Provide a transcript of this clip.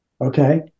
okay